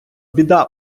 біда